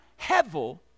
hevel